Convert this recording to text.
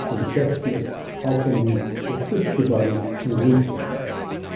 the question is how can we assist the body to repair this damage?